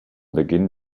beginn